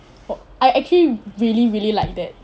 我 I actually really really like that